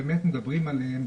שמדברים עליהם,